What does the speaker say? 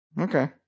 Okay